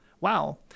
Wow